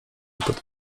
pod